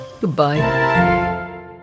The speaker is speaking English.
Goodbye